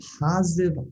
positive